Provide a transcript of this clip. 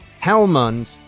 Helmand